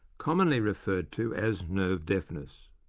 commonly referred to as nerve deafness.